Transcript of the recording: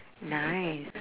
nice